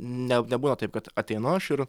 ne nebūna taip kad ateinu aš ir